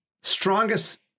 strongest